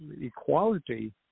equality